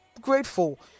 grateful